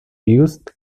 used